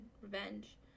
Revenge